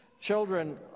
Children